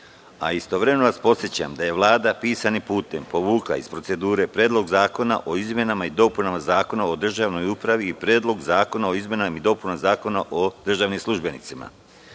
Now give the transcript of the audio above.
ekstradiciji. Istovremeno vas podsećam da je Vlada, pisanim putem, povukla iz procedure Predlog zakona o izmenama i dopunama Zakona o državnoj upravi i Predlog zakona o izmenama i dopunama Zakona o državnim službenicima. Da